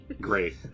Great